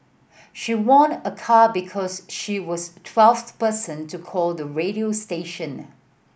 she won a car because she was twelfth person to call the radio station